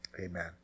Amen